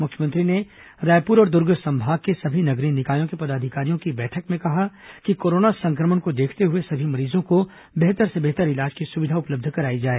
मुख्यमंत्री ने रायपुर और दुर्ग संभाग के सभी नगरीय निकायों के पदाधिकारियों की बैठक में कहा कि कोरोना संक्रमण को देखते हुए सभी मरीजों को बेहतर से बेहतर इलाज की सुविधा उपलब्ध कराई जाए